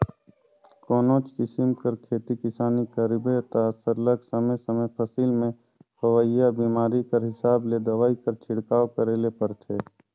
कोनोच किसिम कर खेती किसानी करबे ता सरलग समे समे फसिल में होवइया बेमारी कर हिसाब ले दवई कर छिड़काव करे ले परथे